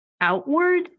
outward